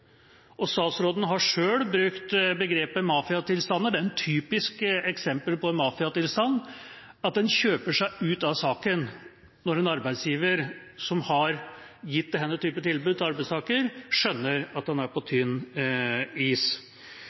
Statsråden har selv brukt begrepet «mafiatilstander». Det er et typisk eksempel på en mafiatilstand at en kjøper seg ut av saken når en arbeidsgiver som har gitt denne type tilbud til arbeidstaker, skjønner at han er på tynn is.